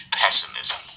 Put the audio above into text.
pessimism